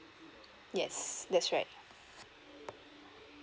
yes that's right